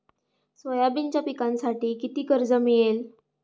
सोयाबीनच्या पिकांसाठी किती कर्ज मिळेल?